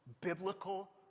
biblical